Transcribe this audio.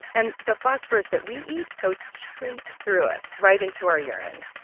and the phosphorus that we eat goes straight through us, right into our urine.